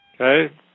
Okay